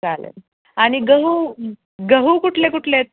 चालेल आणि गहू गहू कुठले कुठले आहेत